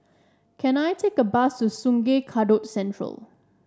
can I take a bus to Sungei Kadut Central